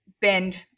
bend